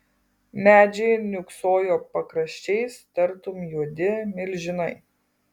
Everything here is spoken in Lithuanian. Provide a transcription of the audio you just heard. medžiai niūksojo pakraščiais tartum juodi milžinai